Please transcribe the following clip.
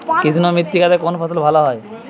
কৃষ্ণ মৃত্তিকা তে কোন ফসল ভালো হয়?